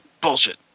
bullshit